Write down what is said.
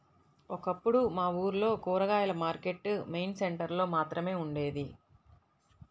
ఒకప్పుడు మా ఊర్లో కూరగాయల మార్కెట్టు మెయిన్ సెంటర్ లో మాత్రమే ఉండేది